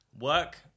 Work